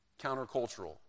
countercultural